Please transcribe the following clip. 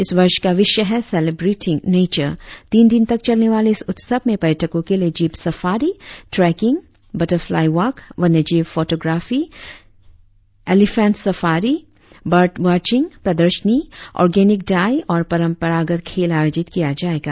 इस वर्ष का विषय है सेलिब्रेटिंग नेचर तीन दिन तक चलने वाले इस उत्सव में पर्यटको के लिए jeep safari trekking butterfly walk वन्यजीव photography elephant safari bird watching प्रदर्शनी ऑरगेनिक डाई और परंपरागत खेल आयोजित किया जाएगा